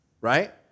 right